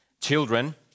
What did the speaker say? Children